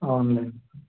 అవునులే